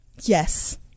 Yes